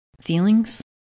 feelings